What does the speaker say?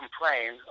complain